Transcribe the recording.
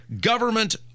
Government